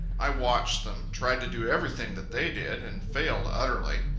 i watched them, tried to do everything that they did, and failed utterly.